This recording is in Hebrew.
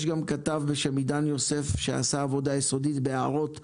יש כתב בשם עידן יוסף שעשה עבודה יסודית והעיר הערות נוספות.